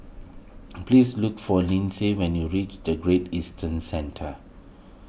please look for Linsey when you reach the Great Eastern Centre